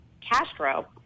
Castro